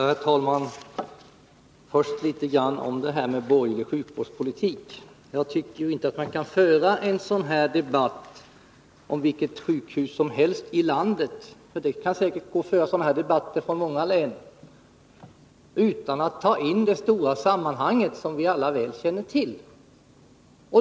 Herr talman! Först litet om borgerlig sjukvårdspolitik. Jag tycker inte att man kan föra en sådan här debatt som kunde gälla vilket sjukhus som helst i landet — för det är säkert många län som är berörda — utan att ta in det stora sammanhang som vi alla väl känner till.